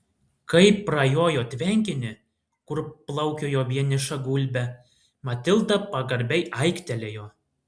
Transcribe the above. kai prajojo tvenkinį kur plaukiojo vieniša gulbė matilda pagarbiai aiktelėjo